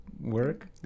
work